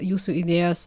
jūsų idėjos